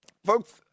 Folks